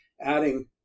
adding